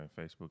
Facebook